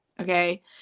Okay